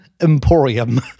emporium